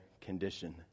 condition